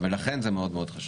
ולכן זה מאוד מאוד חשוב.